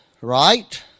right